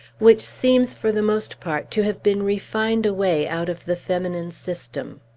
which seems, for the most part, to have been refined away out of the feminine system.